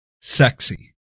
sexy